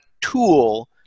tool